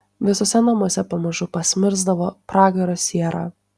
visuose namuose pamažu pasmirsdavo pragaro siera